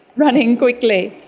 running quickly.